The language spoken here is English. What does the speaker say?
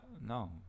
No